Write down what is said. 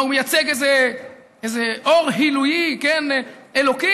מה, הוא מייצג איזה אור היולי, אלוקי?